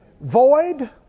Void